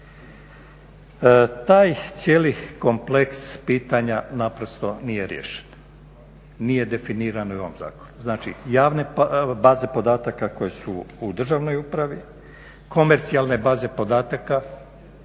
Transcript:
Taj cijeli kompleks pitanja naprosto nije riješen, nije definiran ni u ovom zakonu. Znači, baze podataka koje su u državnoj upravi, komercijalne baze podataka.